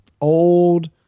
old